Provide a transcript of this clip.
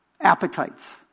Appetites